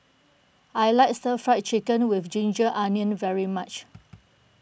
I like Stir Fried Chicken with Ginger Onions very much